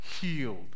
healed